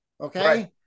Okay